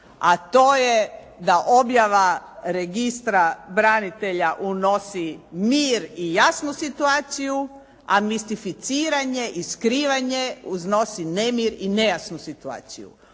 a to je da objava registra branitelja unosi mir i jasnu situaciju, a mistificiranje i skrivanje uznosi nemir i nejasnu situaciju.